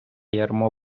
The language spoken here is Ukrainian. ярмо